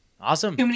Awesome